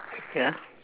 yeah